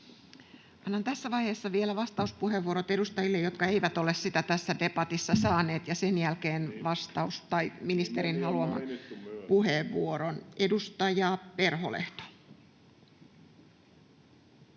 Annan tässä vaiheessa vielä vastauspuheenvuorot edustajille, jotka eivät ole sitä tässä debatissa saaneet, ja sen jälkeen ministerin haluaman puheenvuoron. — Edustaja Perholehto.